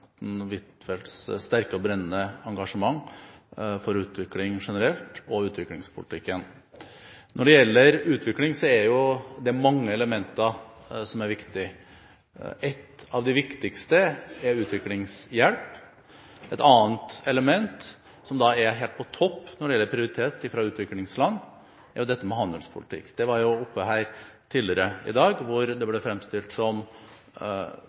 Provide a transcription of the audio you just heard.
Huitfeldts sterke og brennende engasjement for utvikling generelt og utviklingspolitikken. Når det gjelder utvikling, er det mange elementer som er viktig. Ett av de viktigste er utviklingshjelp. Et annet element som er helt på topp når det gjelder prioritet fra utviklingsland, er dette med handelspolitikk. Det var oppe her tidligere i dag, hvor det ble fremstilt som